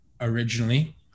originally